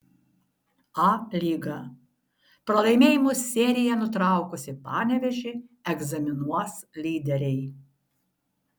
a lyga pralaimėjimų seriją nutraukusį panevėžį egzaminuos lyderiai